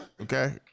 Okay